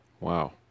Wow